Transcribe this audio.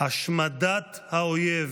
השמדת האויב,